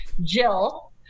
Jill